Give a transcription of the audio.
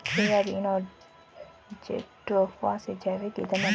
soybean और jatropha से जैविक ईंधन बनता है